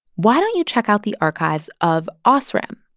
why don't you check out the archives of osram,